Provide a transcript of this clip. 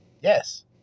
yes